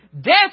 death